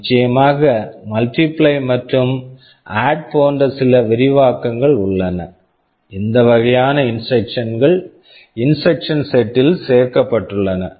நிச்சயமாக multiply multiply மற்றும் add add போன்ற சில விரிவாக்கங்கள் உள்ளன இந்த வகையான இன்ஸ்ட்ரக்க்ஷன் instruction கள் இன்ஸ்ட்ரக்க்ஷன் செட் instruction set -ல் சேர்க்கப்பட்டுள்ளன